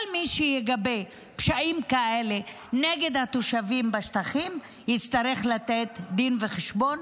כל מי שיגבה פשעים כאלה נגד התושבים בשטחים יצטרך לתת דין וחשבון,